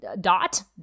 dot